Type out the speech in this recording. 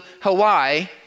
Hawaii